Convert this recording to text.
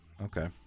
Okay